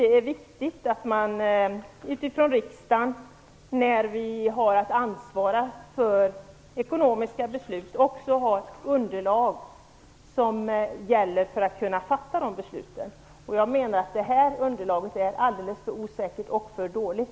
Det är viktigt för riksdagen, som har att ta ansvar för ekonomiska beslut, att ha det underlag som krävs för att vi skall kunna fatta de riktiga besluten. Jag anser att det här underlaget är alltför osäkert och dåligt.